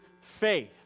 faith